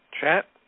chat